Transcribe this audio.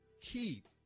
keep